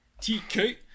TK